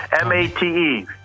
M-A-T-E